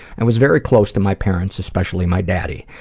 i was very close to my parents, especially my daddy.